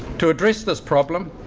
to address this problem,